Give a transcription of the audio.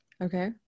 Okay